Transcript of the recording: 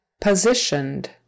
POSITIONED